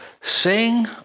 Sing